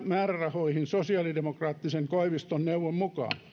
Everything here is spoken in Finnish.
määrärahoihin sosiaalidemokraattisen koiviston neuvon mukaan